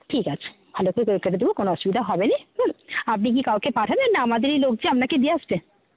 ঠিক আছে ভালো করে কেটে দেবো কোনো অসুবিধা হবে না হুম আপনি কি কাউকে পাঠাবেন না আমাদেরই লোক গিয়ে আপনাকে দিয়ে আসবে